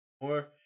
More